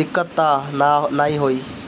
दिक्कत तअ नाइ होई